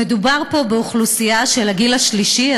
מדובר פה באוכלוסייה של הגיל השלישי,